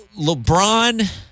LeBron